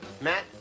Matt